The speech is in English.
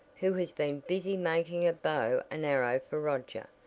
who had been busy making a bow and arrow for roger.